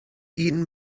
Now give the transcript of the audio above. eaten